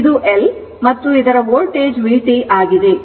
ಇದು L L ಮತ್ತು ಇದರ ವೋಲ್ಟೇಜ್ vt ಆಗಿದೆ